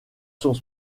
sont